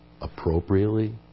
appropriately